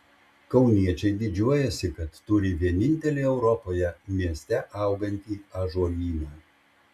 kauniečiai didžiuojasi kad turi vienintelį europoje mieste augantį ąžuolyną